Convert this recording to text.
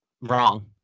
Wrong